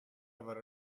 gyfer